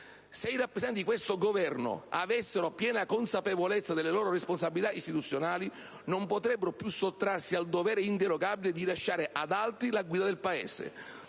Se i rappresentanti di questo Governo avessero piena consapevolezza delle loro responsabilità istituzionali, non potrebbero più sottrarsi al dovere inderogabile di lasciare ad altri la guida del Paese;